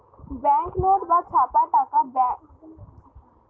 bank note বা ছাপা টাকা ব্যাঙ্ক থেকে পাওয়া যায়